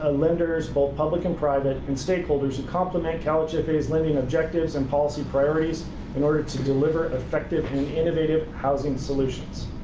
ah lenders both public and private, and stakeholders to complement calhfa's lending objectives and policy priorities in order to deliver effective and and innovative housing solutions.